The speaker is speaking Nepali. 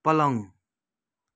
पलङ